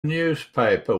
newspaper